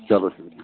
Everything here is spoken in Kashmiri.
چلوٹھیٖک